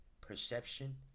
perception